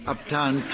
Uptown